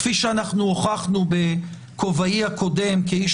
כפי שאנחנו הוכחנו בכובעי הקודם כאיש